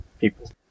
people